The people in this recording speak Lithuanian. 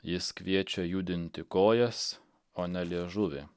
jis kviečia judinti kojas o ne liežuvį